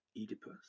Oedipus